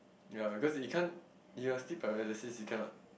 yea because it can't you are still paralysis you cannot